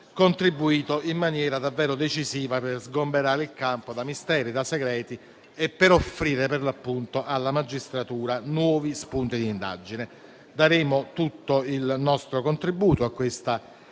contribuito in maniera davvero decisiva a sgomberare il campo da misteri e segreti e ad offrire alla magistratura nuovi spunti d'indagine. Daremo tutto il nostro contributo a questa